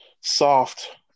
soft